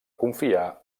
confiar